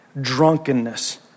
drunkenness